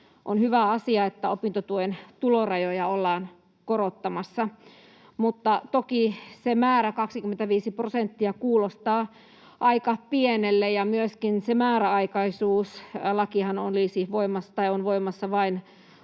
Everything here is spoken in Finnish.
On hyvä asia, että opintotuen tulorajoja ollaan korottamassa, mutta toki se määrä, 25 prosenttia, kuulostaa aika pienelle, ja myöskin se määräaikaisuus — lakihan on voimassa vain